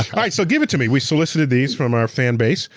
all right, so, give it to me. we solicited these from our fan base.